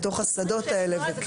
לתוך השדות האלה.